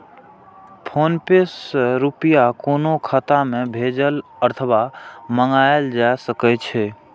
PhonePe सं रुपया कोनो खाता मे भेजल अथवा मंगाएल जा सकै छै